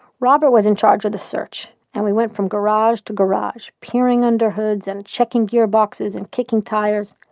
robert was in charge of the search, and we went from garage to garage peering under hoods and checking gear boxes and kicking tires.